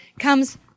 comes